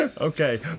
okay